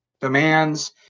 demands